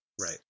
Right